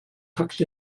tucked